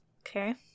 okay